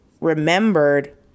remembered